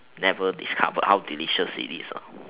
never discover how delicious it is ah